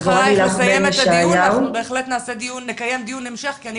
זכויות מיוחדות שצבועות לילדי אסירים, אירית אם